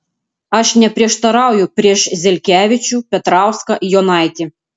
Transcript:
aš neprieštarauju prieš zelkevičių petrauską jonaitį